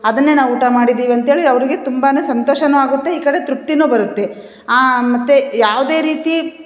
ಅದನ್ನೆ ನಾವು ಊಟ ಮಾಡಿದ್ದೀವಿ ಅಂತೇಳಿ ಅವರಿಗೆ ತುಂಬಾ ಸಂತೋಷನು ಆಗುತ್ತೆ ಈ ಕಡೆ ತೃಪ್ತಿನು ಬರುತ್ತೆ ಮತ್ತೆ ಯಾವುದೇ ರೀತಿ